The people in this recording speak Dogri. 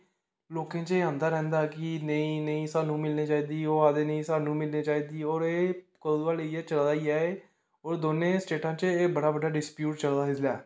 लोके च आंदा रैहंदा कि नेईं नेई स्हानू मिलना चाहिदी ओह् आक्खदे नेई स्नूहानू मिलने चाहिदी ओह् एह् कंदू कोला लेइयै चला दा ही ऐ और दोने स्टेटा च एह् बड़ा बड्डा डिसप्यूट चला दा इसलै